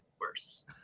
worse